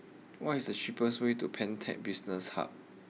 what is the cheapest way to Pantech Business Hub